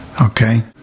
Okay